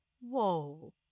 Whoa